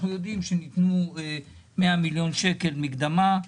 אנחנו יודעים שניתנו 100 מיליון שקל מקדמה,